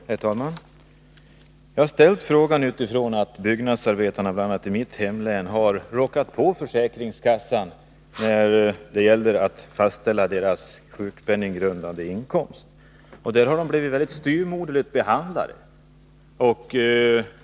Herr talman! Jag har ställt frågan med tanke på det förhållandet att byggnadsarbetare i bl.a. mitt hemlän har råkat illa ut på försäkringskassan vid fastställandet av deras sjukpenninggrundande inkomst. De har där blivit mycket styvmoderligt behandlade.